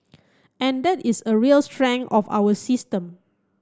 and that is a real strength of our system